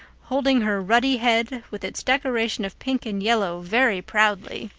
holding her ruddy head with its decoration of pink and yellow very proudly.